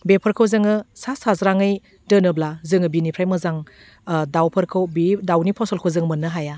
बेफोरखौ जोङो सा साज्राङै दोनोब्ला जोङो बेनिफ्राय मोजां दाउफोरखौ बि दाउनि फसलखौ जों मोननो हाया